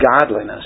godliness